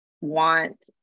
want